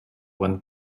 when